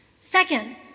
Second